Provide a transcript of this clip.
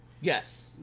Yes